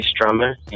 drummer